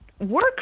work